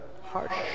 harsh